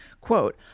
Quote